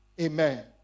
Amen